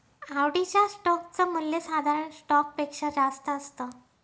आवडीच्या स्टोक च मूल्य साधारण स्टॉक पेक्षा जास्त असत